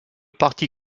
parti